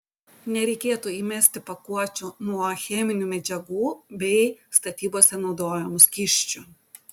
nereikėtų įmesti pakuočių nuo cheminių medžiagų bei statybose naudojamų skysčių